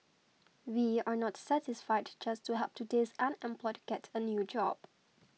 we are not satisfied just to help today's unemployed get a new job